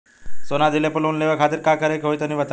सोना दिहले पर लोन लेवे खातिर का करे क होई तनि बताई?